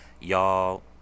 y'all